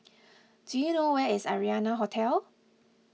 do you know where is Arianna Hotel